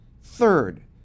Third